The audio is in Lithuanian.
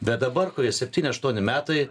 bet dabar kurie septyni aštuoni metai